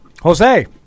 Jose